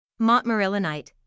montmorillonite